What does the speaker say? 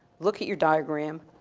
look at your diagram,